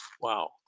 Wow